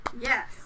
Yes